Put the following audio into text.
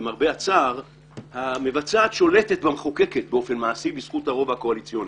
למרבה הצער המבצעת שולטת במחוקקת באופן מעשי בזכות הרוב הקואליציוני.